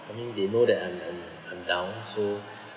I mean they know that I'm I'm I'm down so